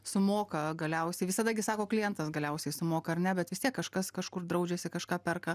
sumoka galiausiai visada gi sako klientas galiausiai sumoka ar ne bet vis tiek kažkas kažkur draudžiasi kažką perka